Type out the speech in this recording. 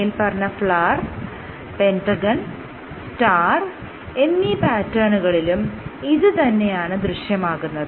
മേല്പറഞ്ഞ flower pentagon star എന്നീ പാറ്റേണുകളിലും ഇത് തന്നെയാണ് ദൃശ്യമാകുന്നത്